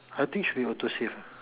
I think should be autosave ah